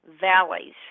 valleys